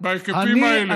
בהיקפים האלה.